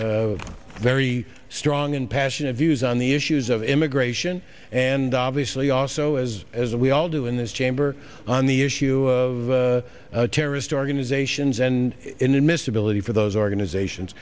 very strong and passionate views on the issues of immigration and obviously also as as we all do in this chamber on the is to terrorist organizations and inadmissibility for those organizations